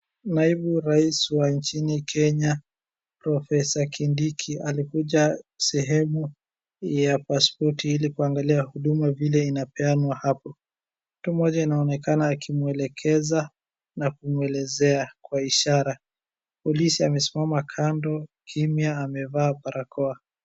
Naibu rais wa nchini Kenya Profesa Kindiki alikuja sehemu ya pasipoti ili kuangalia vile huduma inapeanwa hapo, mtu mmoja inaonekana akimwelekeza na kumwelezea kwa ishara. Polisi amesimama kando kimya amevaa barakoa.